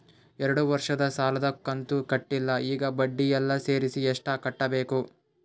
ಎರಡು ವರ್ಷದ ಸಾಲದ ಕಂತು ಕಟ್ಟಿಲ ಈಗ ಬಡ್ಡಿ ಎಲ್ಲಾ ಸೇರಿಸಿ ಎಷ್ಟ ಕಟ್ಟಬೇಕು?